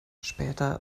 später